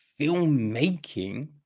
filmmaking